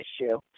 issue